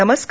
नमस्कार